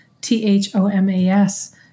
T-H-O-M-A-S